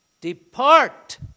Depart